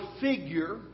figure